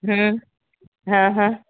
હમ હ હ